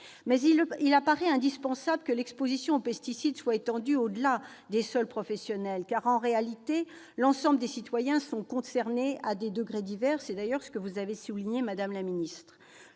il paraît indispensable que l'exposition aux pesticides soit étendue au-delà des seuls professionnels, car, en réalité, l'ensemble des citoyens sont concernés à des degrés divers. C'est d'ailleurs ce que vous avez souligné, madame la ministre.